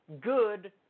Good